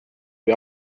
või